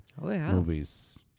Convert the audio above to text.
movies